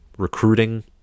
Recruiting